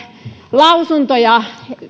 lausuntoja